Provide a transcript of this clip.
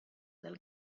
del